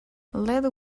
let